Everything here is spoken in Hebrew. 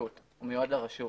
מיועד לרשות.